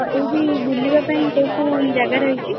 ଏଇଠି ବୁଲିବା ପାଇଁ କେଉଁ କେଉଁ ଜାଗା ରହିଛି